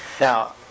Now